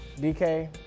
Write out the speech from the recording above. DK